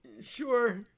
Sure